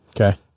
Okay